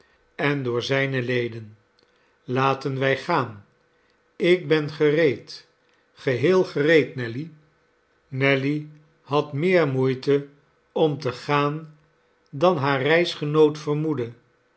en door zijne leden laten wij gaan ik ben gereed geheel gereed nelly nelly had meer moeite om te gaan dan haar reisgenoot vermoedde